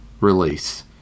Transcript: release